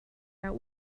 out